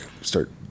start